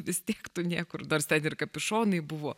vis tiek tu niekur nors ten ir kapišonai buvo